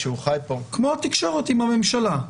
כמו התקשורת עם הממשלה.